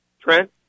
Trent